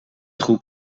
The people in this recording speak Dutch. groep